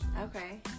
okay